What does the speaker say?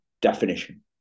definition